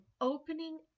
opening